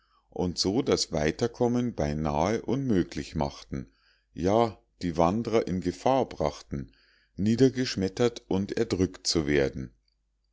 und so das weiterkommen beinahe unmöglich machten ja die wandrer in gefahr brachten niedergeschmettert und erdrückt zu werden